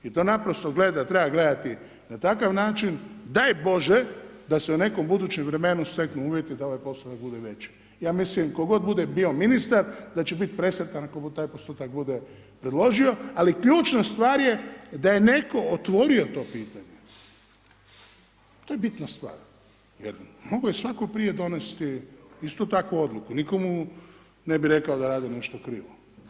I to naprosto gledat, treba gledati na takav način, daj Bože, da se u nekom budućem vremenu steknu uvjeti da ovaj posao ne bude veći, ja mislim tko god bude bio ministar, da će biti presretan ako mu taj % bude predložio, ali ključna stvar je da je netko otvorio to pitanje, to je bitna stvar, jer mogao je svatko prije donesti istu takvu odluku, nitko mu ne bi rekao da radi nešto krivo.